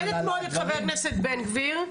אני מכבדת מאוד את חבר הכנסת בן גביר.